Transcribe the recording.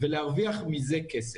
ולהרוויח מזה כסף.